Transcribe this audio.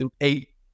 eight